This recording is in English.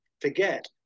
forget